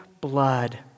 blood